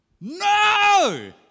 No